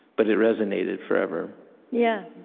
but it resonated forever yeah